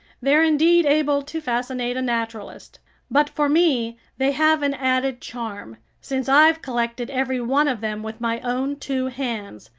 they're indeed able to fascinate a naturalist but for me they have an added charm, since i've collected every one of them with my own two hands,